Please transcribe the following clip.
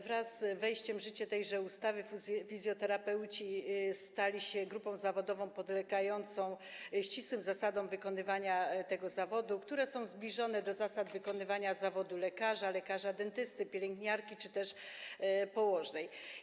Wraz z wejściem w życiem tejże ustawy fizjoterapeuci stali się grupą zawodową podlegającą ścisłym zasadom wykonywania tego zawodu, które są zbliżone do zasad wykonywania zawodu lekarza, lekarza dentysty, pielęgniarki czy też położnej.